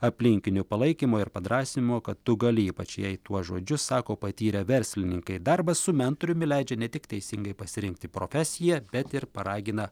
aplinkinių palaikymo ir padrąsinimo kad tu gali ypač jei tuos žodžius sako patyrę verslininkai darbas su mentoriumi leidžia ne tik teisingai pasirinkti profesiją bet ir paragina